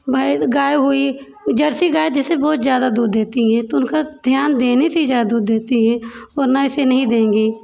भैंस गाय हुई जरसी गाय जैसे बहुत ज़्यादा दूध देती हैं तो उनका ध्यान देने से ही ज़्यादा दूध देती हैं वर्ना ऐसे नहीं देंगी